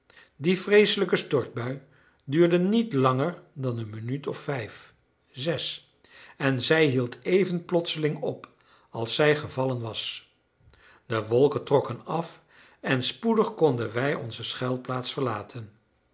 die vreeselijke stortbui duurde niet langer dan een minuut of vijf zes en zij hield even plotseling op als zij gevallen was de wolken trokken af en spoedig konden wij onze schuilplaats verlaten